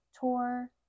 tour